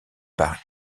par